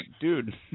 dude